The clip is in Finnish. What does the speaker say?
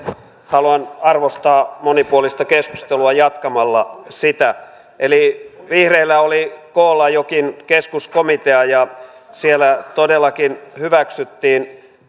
haluan arvostaa monipuolista keskustelua jatkamalla sitä eli vihreillä oli koolla jokin keskuskomitea ja siellä todellakin hyväksyttiin